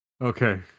Okay